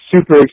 super